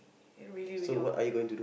really really awkward